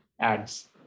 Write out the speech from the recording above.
ads